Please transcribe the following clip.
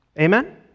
Amen